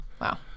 wow